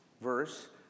verse